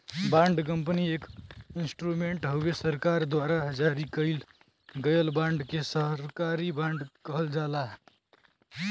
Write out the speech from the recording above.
bond company एक instrument हउवे सरकार द्वारा जारी कइल गयल बांड के सरकारी बॉन्ड कहल जाला